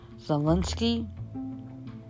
Zelensky